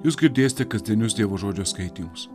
jūs girdėsite kasdienius dievo žodžio skaitymus